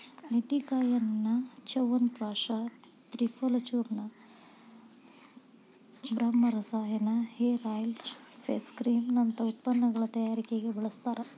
ನೆಲ್ಲಿಕಾಯಿಯನ್ನ ಚ್ಯವನಪ್ರಾಶ ತ್ರಿಫಲಚೂರ್ಣ, ಬ್ರಹ್ಮರಸಾಯನ, hair oil, face cream ನಂತ ಉತ್ಪನ್ನಗಳ ತಯಾರಿಕೆಗೆ ಬಳಸ್ತಾರ